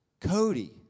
Cody